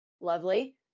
lovely